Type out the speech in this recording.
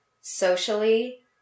socially